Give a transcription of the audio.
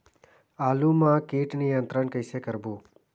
आलू मा कीट नियंत्रण कइसे करबो?